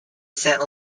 sent